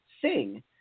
sing